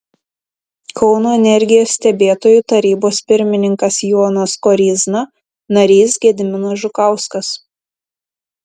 kauno energijos stebėtojų tarybos pirmininkas jonas koryzna narys gediminas žukauskas